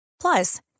Plus